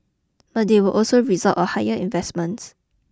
but they will also result a higher investments